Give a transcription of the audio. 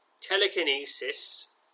telekinesis